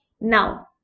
Now